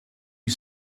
you